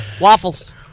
waffles